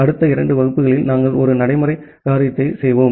அடுத்த இரண்டு வகுப்புகளில் நாங்கள் ஒரு நடைமுறை காரியத்தைச் செய்வோம்